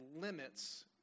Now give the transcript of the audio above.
limits